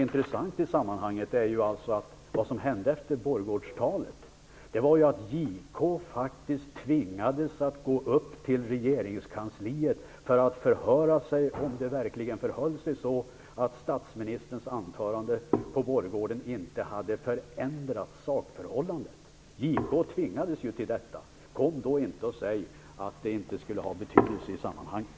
Intressant i sammanhanget är att efter borggårdstalet tvingades faktiskt JK att gå upp till regeringskansliet för att förhöra sig om huruvida det verkligen förhöll sig så att statsministern anförande inte hade förändrat sakförhållandet. JK tvingades till detta. Kom då inte och säg att det inte skulle ha betydelse i sammanhanget.